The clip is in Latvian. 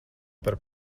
par